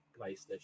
PlayStation